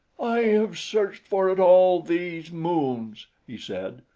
i have searched for it all these moons, he said.